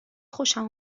خوشم